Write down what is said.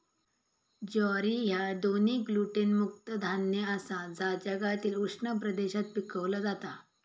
ज्वारी ह्या दोन्ही ग्लुटेन मुक्त धान्य आसा जा जगातील उष्ण प्रदेशात पिकवला जाता